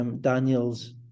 Daniels